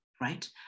right